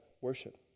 worship